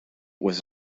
was